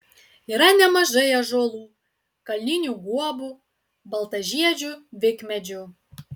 yra nemažai ąžuolų kalninių guobų baltažiedžių vikmedžių